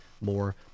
more